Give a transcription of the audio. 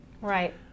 Right